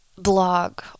blog